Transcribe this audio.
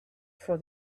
for